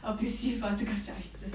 abusive ah 这个小孩子